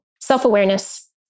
self-awareness